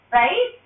right